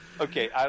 okay